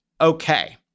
Okay